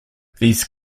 these